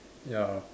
ya